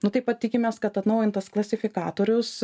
nu taip pat tikimės kad atnaujintas klasifikatorius